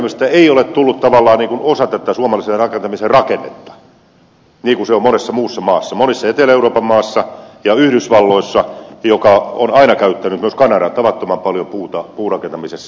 puurakentamisesta ei ole tullut tavallaan osa tätä suomalaisen rakentamisen rakennetta niin kuin se on monessa muussa maassa monissa etelä euroopan maissa ja yhdysvalloissa joka on aina käyttänyt myös kanada tavattoman paljon puuta puurakentamisessa